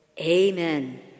Amen